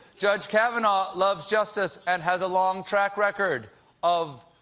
judge kavanaugh loves justice and has a long track record of.